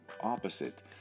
opposite